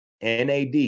NAD